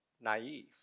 naive